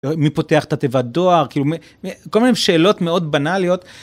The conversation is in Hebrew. מי פותח את התיבת דואר, כל מיני שאלות מאוד בנאליות.